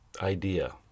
idea